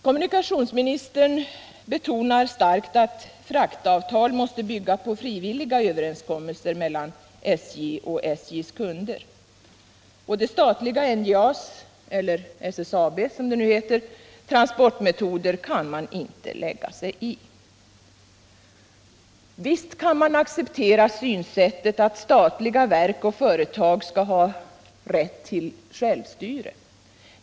Kommunikationsministern betonar starkt att fraktavtal måste bygga på frivilliga överenskommelser mellan SJ och SJ:s kunder och att man inte kan lägga sig i det statliga NJA:s eller — som det nu heter — SSAB:s transportmetoder. Visst kan man acceptera synsättet att statliga verk och företag skall ha rätt till självstyrelse.